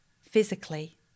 physically